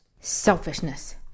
Selfishness